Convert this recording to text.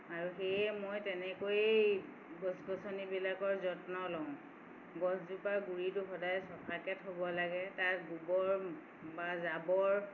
আৰু সেয়ে মই তেনেকৈয়ে গছ গছনিবিলাকৰ যত্ন লওঁ গছজোপাৰ গুৰিটো সদায় চফাকৈ থ'ব লাগে তাত গোবৰ বা জাবৰ